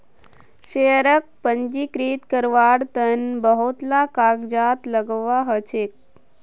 शेयरक पंजीकृत कारवार तन बहुत ला कागजात लगव्वा ह छेक